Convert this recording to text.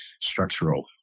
structural